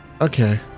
Okay